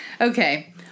Okay